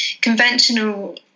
conventional